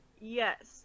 yes